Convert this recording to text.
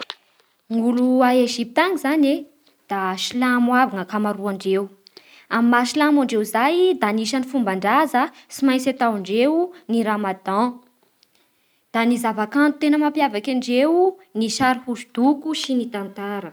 Ny olo a Ejipta any zany da silamo aby ny akamaroandreo Amin'ny maha silamo andreo zay da anisan'ny fomban-draza tsy maintsy ataondreo ny ramadan. Da ny zava-kanto tena mampiavaky andreo ny sary hosodoko sy ny tantara